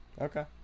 Okay